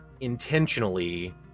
intentionally